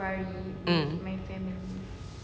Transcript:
mm